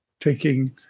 taking